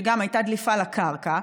שגם הייתה דליפה לקרקע.